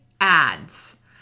ads